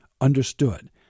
understood